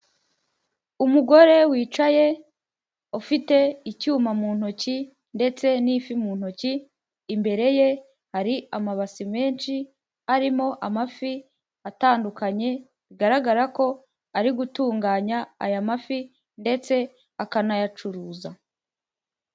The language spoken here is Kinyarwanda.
Umugore wicaye ufite icyuma mu ntoki ndetse n'ifi mu ntoki, imbere ye hari amabasi menshi arimo amafi atandukanye, bigaragara ko ari gutunganya aya mafi ndetse akanayacuruza.